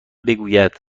بگوید